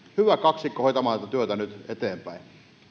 hyvä kaksikko hoitamaan tätä työtä nyt eteenpäin